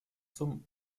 zum